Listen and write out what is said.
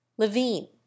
Levine